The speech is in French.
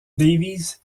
davies